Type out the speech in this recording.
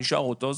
נשאר אוטו,